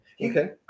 Okay